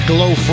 Glow